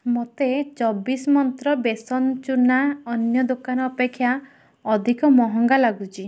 ମୋତେ ଚବିଶ ମନ୍ତ୍ର ବେସନ ଚୂନା ଅନ୍ୟ ଦୋକାନ ଅପେକ୍ଷା ଅଧିକ ମହଙ୍ଗା ଲାଗୁଛି